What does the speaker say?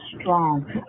strong